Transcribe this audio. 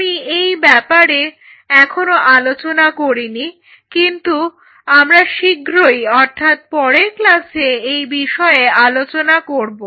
আমি এই ব্যাপারে এখনো আলোচনা করিনি কিন্তু আমরা শীঘ্রই অর্থাৎ পরে ক্লাসে এই বিষয় নিয়ে আলোচনা করব